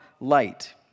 light